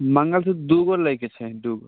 मँगलसूत्र दुइगो लैके छै दुइ